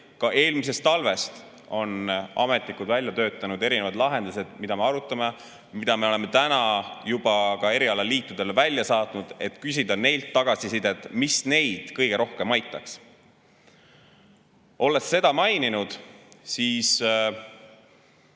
Eelmisest talvest alates on ametnikud välja töötanud erinevaid lahendusi, mida me arutame ja oleme juba ka erialaliitudele välja saatnud, et küsida neilt tagasisidet selle kohta, mis neid kõige rohkem aitaks. Olles seda maininud, ei saa